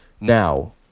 Now